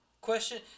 Question